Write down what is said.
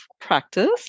practice